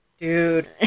dude